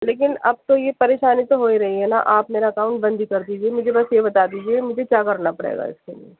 لیکن اب تو یہ پریشانی تو ہو ہی رہی ہے نا آپ میرا اکاؤن بند ہی کر دیجیے مجھے بس یہ بتا دیجیے مجھے کیا کرنا پڑے گا اس کے لیے